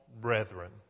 brethren